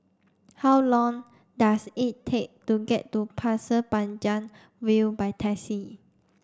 how long does it take to get to Pasir Panjang View by taxi